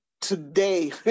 today